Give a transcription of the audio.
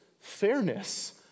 fairness